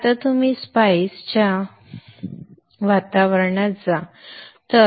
तर आता तुम्ही स्पाइस च्या वातावरणात जा